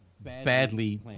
badly